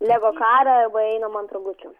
lego karą arba einam ant rogučių